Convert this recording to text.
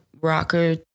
rocker